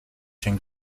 się